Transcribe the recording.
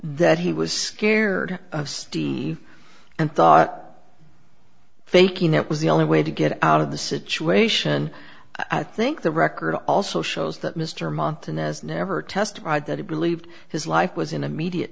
that he was scared of steve and thought faking it was the only way to get out of the situation i think the record also shows that mr montanus never testified that he believed his life was in immediate